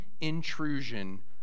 intrusion